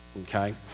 okay